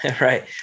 right